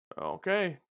Okay